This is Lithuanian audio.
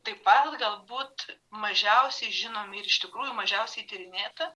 taip pat galbūt mažiausiai žinomi ir iš tikrųjų mažiausiai tyrinėta